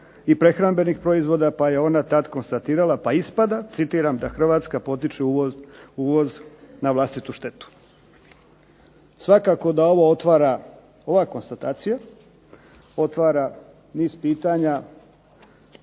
i prehrambenih proizvoda, pa je ona tad konstatirala pa ispada, citiram "da Hrvatska potiče uvoz na vlastitu štetu". Svakako da ovo otvara, ova konstatacija otvara niz pitanja